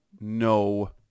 no